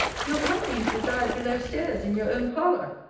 your company is desired below-stairs in your own parlour.